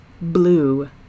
Blue